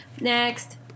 Next